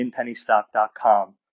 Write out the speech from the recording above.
inpennystock.com